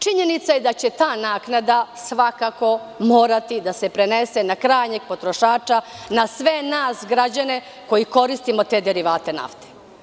Činjenica je da će ta naknada svakako morati da se prenese na krajnjeg potrošača, na sve nas građane koji koristimo te derivate nafte.